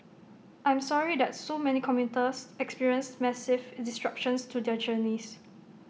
I'm sorry that so many commuters experienced massive disruptions to their journeys